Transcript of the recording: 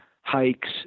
hikes